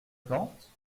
plantes